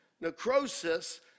necrosis